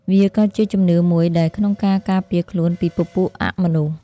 វាក៏ជាជំនឿមួយដែរក្នុងការការពារខ្លួនពីពពួកអមនុស្ស។